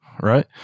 Right